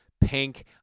pink